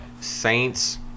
Saints